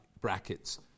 brackets